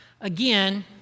Again